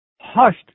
hushed